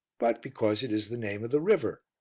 but because it is the name of the river.